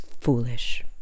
foolish